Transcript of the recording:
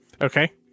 Okay